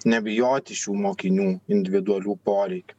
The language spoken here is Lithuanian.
nebijoti šių mokinių individualių poreikių